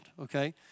okay